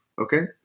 Okay